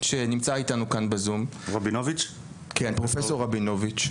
שנמצא אתנו כאן בזום, פרופ' רבינוביץ.